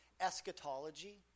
eschatology